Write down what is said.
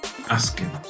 asking